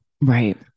Right